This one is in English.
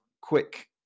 quick